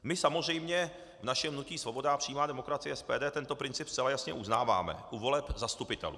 My samozřejmě v našem hnutí Svoboda a přímá demokracie SPD tento princip zcela jasně uznáváme u voleb zastupitelů.